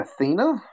Athena